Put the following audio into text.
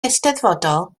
eisteddfodol